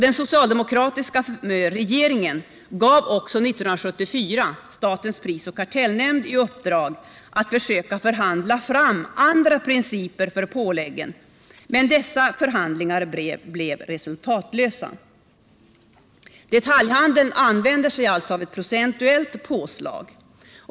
Den socialdemokratiska regeringen gav också 1974 statens prisoch kartellnämnd i uppdrag att försöka förhandla fram andra principer för påläggen, men dessa förhandlingar blev resultatlösa. Detaljhandeln använder sig av ett procentuellt påslag.